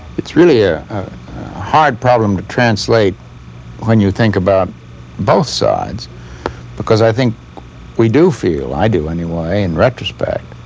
it's really a hard problem to translate when you think about both sides because i think we do feel i do anyway in retrospect,